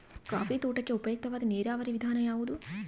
Coffee ತೋಟಕ್ಕೆ ಉಪಯುಕ್ತವಾದ ನೇರಾವರಿ ವಿಧಾನ ಯಾವುದು?